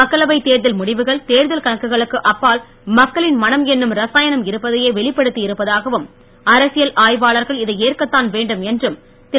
மக்களவைத் தேர்தல் முடிவுகள் தேர்தல் கணக்குகளுக்கு அப்பால் மக்களின் மனம் என்னும் ரசாயனம் இருப்பதையே வெளிப்படுத்தி இருப்பதாகவும் அரசியல் ஆய்வாளர்கள் இதை ஏற்கத்தான் வேண்டும் என்றும் திரு